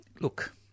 Look